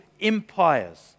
empires